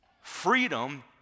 Freedom